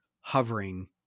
hovering